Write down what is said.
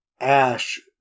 ash